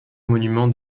monument